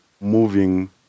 moving